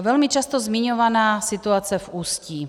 Velmi často zmiňovaná situace v Ústí.